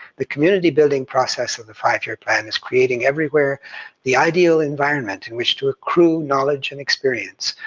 the community-building process of the five year plan is creating everywhere the ideal environment in which to accrue knowledge and experience,